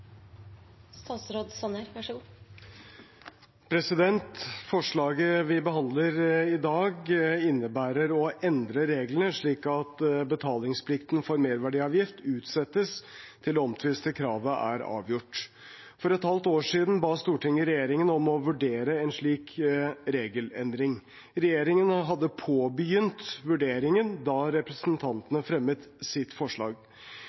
Forslaget vi behandler i dag, innebærer å endre reglene slik at betalingsplikten for merverdiavgift utsettes til det omtvistede kravet er avgjort. For et halvt år siden ba Stortinget regjeringen om å vurdere en slik regelendring. Regjeringen hadde påbegynt vurderingen da representantene fremmet sitt forslag.